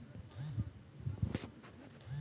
बौना प्रजाति खातिर नेत्रजन प्रति हेक्टेयर केतना चाही?